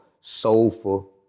soulful